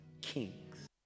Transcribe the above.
kings